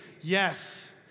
yes